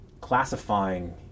classifying